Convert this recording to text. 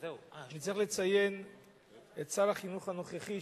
אני צריך לציין את שר החינוך הנוכחי,